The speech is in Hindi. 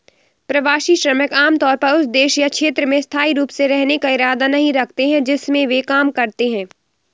प्रवासी श्रमिक आमतौर पर उस देश या क्षेत्र में स्थायी रूप से रहने का इरादा नहीं रखते हैं जिसमें वे काम करते हैं